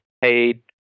paid